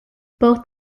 both